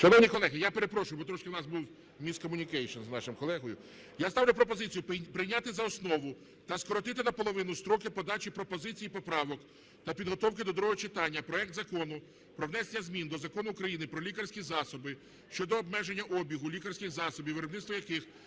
Шановні колеги, я перепрошую, бо трошки у нас був міжкомунікейшн з нашим колегою. Я ставлю пропозицію прийняти за основу та скоротити наполовину строки подачі пропозицій і поправок та підготовки до другого читання проекту Закону про внесення змін до Закону України "Про лікарські засоби" щодо обмеження обігу лікарських засобів, виробництво яких